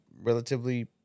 relatively